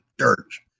church